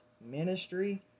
ministry